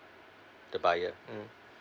the buyer mm